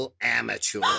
amateur